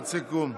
משפט סיכום.